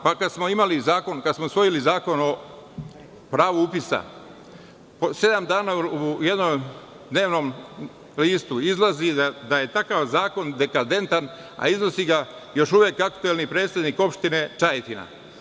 Kada smo usvojili Zakon o pravu upisa, sedam dana u jednom dnevnom listu izlazi da je takav zakon dekadentan, a iznosi ga još uvek aktuelni predsednik opštine Čajetina.